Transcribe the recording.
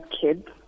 kids